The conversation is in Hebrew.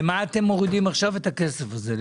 למה אתם מורידים עכשיו את הכסף הזה?